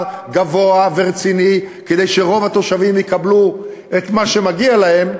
גבוה ורציני כדי שרוב התושבים יקבלו את מה שמגיע להם.